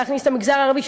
להכניס את המגזר הערבי,